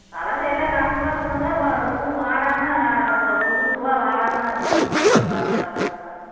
கலவையெல்லாம் கலந்த மாதிரி கொடுங்க பூ வாடாமல் புது பூவாக வாடாமல் கொடுங்க நல்லா ஃப்ரெஷ்ஷாக